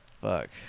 Fuck